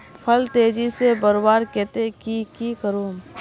फल तेजी से बढ़वार केते की की करूम?